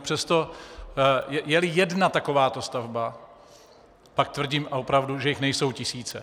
Přesto jeli jedna takováto stavba, pak tvrdím, a opravdu, že jich nejsou tisíce.